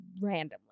randomly